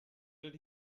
did